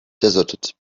deserted